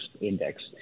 index